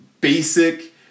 basic